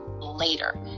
later